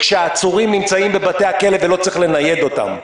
כשהעצורים נמצאים בבתי הכלא ולא צריך לנייד אותם.